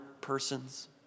persons